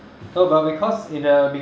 no but because in the